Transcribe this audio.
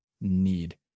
Need